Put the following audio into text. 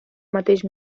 mateix